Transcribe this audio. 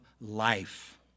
life